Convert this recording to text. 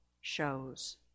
shows